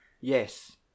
Yes